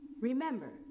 Remember